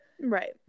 Right